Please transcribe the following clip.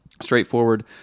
straightforward